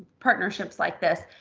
partnerships like this.